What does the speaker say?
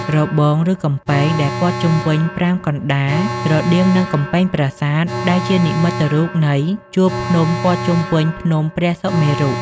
របង ឬកំពែង ដែលព័ទ្ធជុំវិញប្រាង្គកណ្តាល ស្រដៀងនឹងកំពែងប្រាសាទ ដែលជានិមិត្តរូបនៃ ជួរភ្នំព័ទ្ធជុំវិញភ្នំព្រះសុមេរុ ។